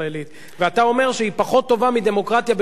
ואתה אומר שהיא פחות טובה מדמוקרטיה במדינה אחרת,